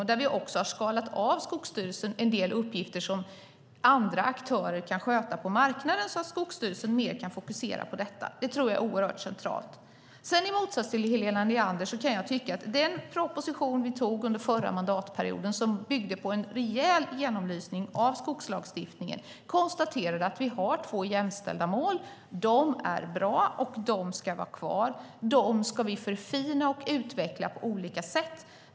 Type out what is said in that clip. Vi har också skalat av Skogsstyrelsen en del uppgifter som andra aktörer kan sköta på marknaden, så att Skogsstyrelsen kan fokusera mer på detta. Det tror jag är oerhört centralt. Sedan kan jag tycka något i motsats till Helena Leander. När det gäller den proposition som vi antog under förra mandatperioden, som byggde på en rejäl genomlysning av skogslagstiftningen, konstaterade man att vi har två jämställda mål. De är bra, och de ska vara kvar. Dem ska vi förfina och utveckla på olika sätt.